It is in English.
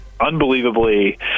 unbelievably